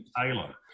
Taylor